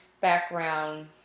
background